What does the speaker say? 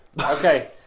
Okay